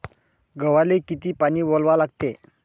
गव्हाले किती पानी वलवा लागते?